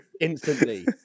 Instantly